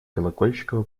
колокольчикова